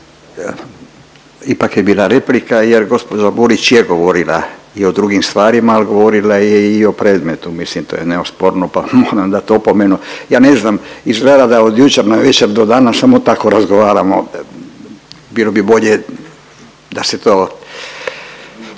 Ipak je bila replika jer gđa Burić je govorila i o drugim stvarima, ali govorila je i o predmetu, mislim to je neosporno pa moram dati opomenu. Ja ne znam, izgleda da od jučer navečer do danas samo tako razgovaramo ovdje. Bilo bi bolje da se to